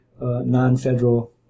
non-federal